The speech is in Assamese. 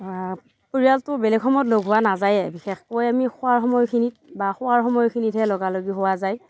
পৰিয়ালটো বেলেগ সময়ত লগ হোৱা নাযায়েই বিশেষকৈ আমি খোৱাৰ সময়খিনিত বা শুৱাৰ সময়খিনিতহে লগা লগি হোৱা যায়